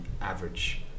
average